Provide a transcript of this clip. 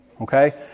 Okay